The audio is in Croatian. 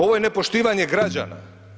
Ovo je nepoštivanje građana.